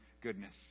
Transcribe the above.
goodness